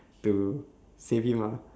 to save him ah